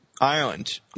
Ireland